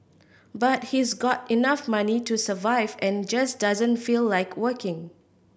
but he's got enough money to survive and just doesn't feel like working